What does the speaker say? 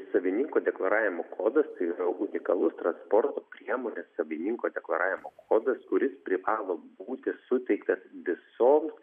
savininko deklaravimo kodas tai yra unikalus transporto priemonės savininko deklaravimo kodas kuris privalo būti suteiktas visoms